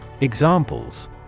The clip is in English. Examples